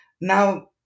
Now